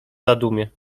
zadumie